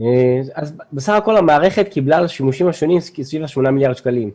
אז בסך הכול המערכת קיבלה לשימושים השונים סביב שמונה מיליארד שקלים.